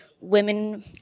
women